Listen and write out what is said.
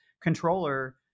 controller